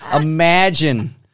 imagine